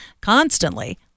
constantly